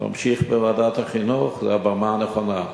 להמשיך בוועדת החינוך, זו הבמה הנכונה.